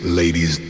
ladies